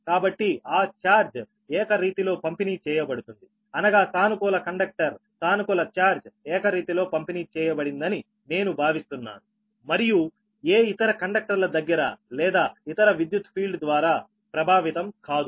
కాబట్టి ఆ ఛార్జ్ ఏకరీతిలో పంపిణీ చేయబడుతుంది అనగా సానుకూల కండక్టర్ సానుకూల ఛార్జ్ ఏకరీతిలో పంపిణీ చేయబడిందని నేను భావిస్తున్నాను మరియు ఏ ఇతర కండక్టర్ల దగ్గర లేదా ఇతర విద్యుత్తు ఫీల్డ్ ద్వారా ప్రభావితం కాదు